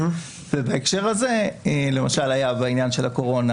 בהקשר הזה היו למשל בעניין של הקורונה